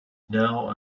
now